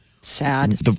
Sad